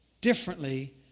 differently